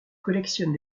collectionne